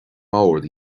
mbord